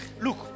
look